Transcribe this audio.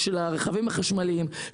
רכבים חשמליים,